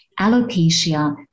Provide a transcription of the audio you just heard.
alopecia